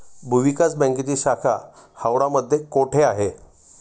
भूविकास बँकेची शाखा हावडा मध्ये कोठे आहे?